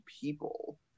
people